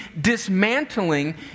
dismantling